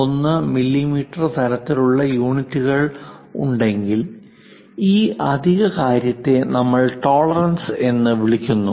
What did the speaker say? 51 millimetre തരത്തിലുള്ള യൂണിറ്റുകൾ ഉണ്ടെങ്കിൽ ഈ അധിക കാര്യത്തെ നമ്മൾ ടോളറൻസുകൾ എന്ന് വിളിക്കുന്നു